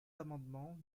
amendement